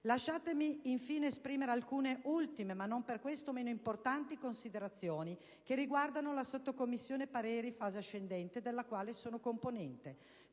Lasciatemi infine esprimere alcune ultime, ma non per questo meno importanti, considerazioni che riguardano la Sottocommissione pareri per la fase ascendente della quale sono componente.